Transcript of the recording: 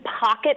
pocket